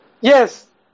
Yes